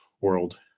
world